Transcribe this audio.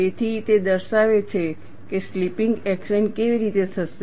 તેથી તે દર્શાવે છે કે સ્લિપિંગ એક્શન કેવી રીતે થશે